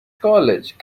college